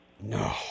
No